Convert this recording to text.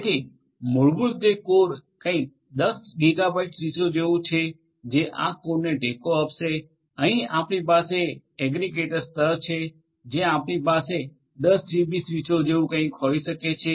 જેથી મૂળભૂત રીતે કોર કંઇક 10 ગિગાબાઇટ સ્વીચો જેવું છે જે આ કોરને ટેકો આપશે અહીં પણ આપણી પાસે એગ્રિગેટર સ્તર છે જ્યાં આપણી પાસે 10 જીબી સ્વીચો જેવું કંઈક હોઈ શકે છે